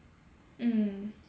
mm